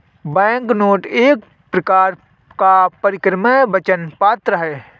banknote एक प्रकार का परक्राम्य वचन पत्र है